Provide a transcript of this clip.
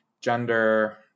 gender